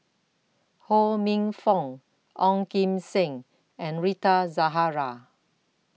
Ho Minfong Ong Kim Seng and Rita Zahara